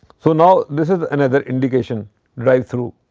so, now, this is another indication drive-thru.